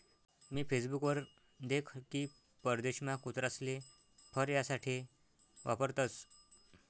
मी Facebook वर देख की परदेशमा कुत्रासले फर यासाठे वापरतसं